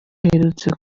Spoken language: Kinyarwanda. aherutse